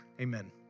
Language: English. Amen